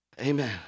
Amen